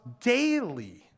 daily